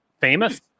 famous